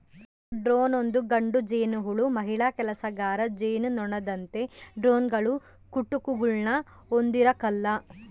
drone ಒಂದು ಗಂಡು ಜೇನುಹುಳು ಮಹಿಳಾ ಕೆಲಸಗಾರ ಜೇನುನೊಣದಂತೆ ಡ್ರೋನ್ಗಳು ಕುಟುಕುಗುಳ್ನ ಹೊಂದಿರಕಲ್ಲ